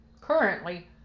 currently